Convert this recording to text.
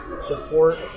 support